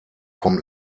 vom